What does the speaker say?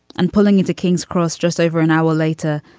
and pulling into kings cross just over an hour later,